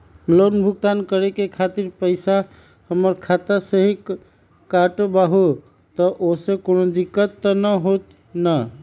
Loan भुगतान करे के खातिर पैसा हमर खाता में से ही काटबहु त ओसे कौनो दिक्कत त न होई न?